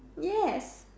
yes